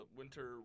winter